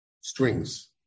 strings